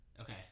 Okay